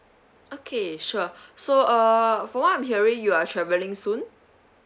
okay sure so uh from what I'm hearing you are travelling soon